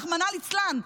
רחמנא ליצלן,